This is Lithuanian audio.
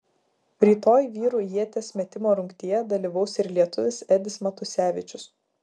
rytoj vyrų ieties metimo rungtyje dalyvaus ir lietuvis edis matusevičius